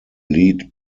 lead